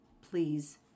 please